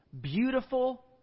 beautiful